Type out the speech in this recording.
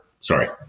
sorry